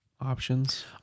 options